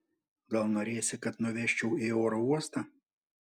gal norėsi kad nuvežčiau į oro uostą